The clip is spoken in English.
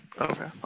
Okay